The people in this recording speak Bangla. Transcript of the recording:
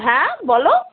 হ্যাঁ বল